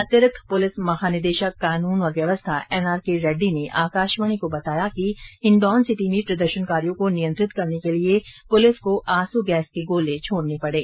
अतिरिक्त पुलिस महानिदेशक कानून और व्यवस्था एन आर के रेड्डी ने आकाशवाणी को बताया कि हिंडोनसिटी में प्रदर्शनकारियों को नियंत्रित करने के लिये पुलिस को आंसू गैस के गोले छोड़ने पड़े